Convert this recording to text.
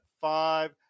five